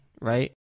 right